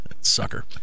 sucker